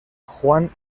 juan